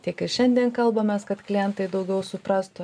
tiek ir šiandien kalbamės kad klientai daugiau suprastų